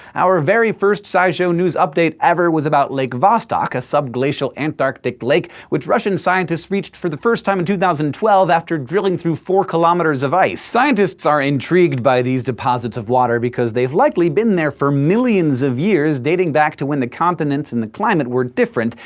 our very first scishow news update ever was about lake vostok, a subglacial antarctic lake which russian scientists reached for the first time in two thousand and twelve, after drilling through four kilometers of ice. scientists are intrigued by these deposits of water, because they've likely been there for millions of years dating back to when the continents and the climate were different,